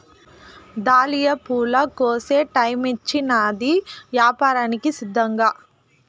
dahlia పూల కోసే టైమొచ్చినాది, యాపారానికి సిద్ధంకా